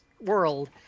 world